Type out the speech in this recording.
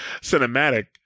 cinematic